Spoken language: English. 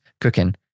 cooking